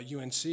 UNC